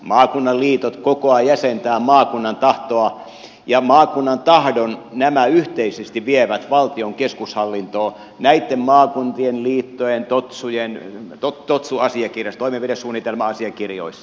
maakunnan liitot kokoavat jäsentävät maakunnan tahtoa ja maakunnan tahdon nämä yhteisesti vievät valtion keskushallintoon näitten maakuntien liittojen totsu asiakirjoissa toimenpidesuunnitelma asiakirjoissa